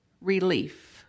Relief